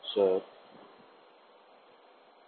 ছাত্র ছাত্রীঃ স্যার